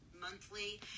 monthly